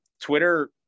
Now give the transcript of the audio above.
twitter